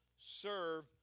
serve